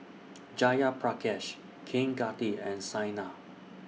Jayaprakash Kaneganti and Saina